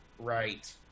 right